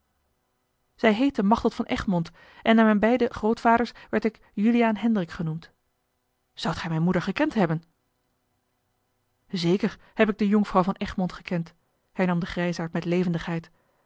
zij heette machteld van egmond en naar mijne beide grootvaders werd ik juliaan hendrik genoemd zoudt gij mijne moeder gekend hebben eker heb ik de jonkvrouw van egmond gekend hernam de grijsaard met levendigheid